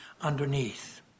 underneath